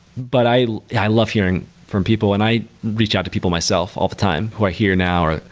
but i i love hearing from people and i reach out to people myself all the time who i hear now or,